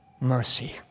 mercy